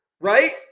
right